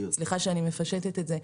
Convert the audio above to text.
סליחה אני מפשטת את זה.